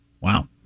Wow